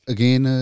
Again